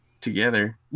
together